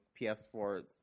PS4